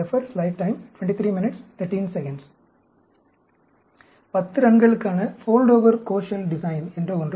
10 ரன்களுக்கான ஃபோல்டோவர் கோஷல் டிசைன் என்று ஒன்று உள்ளது